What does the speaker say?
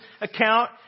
account